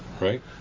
Right